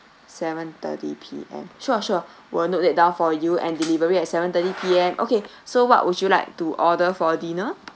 seven thirty P_M sure sure will note that down for you and delivery at seven thirty P_M okay so what would you like to order for dinner